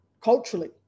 culturally